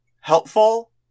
helpful